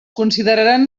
consideraran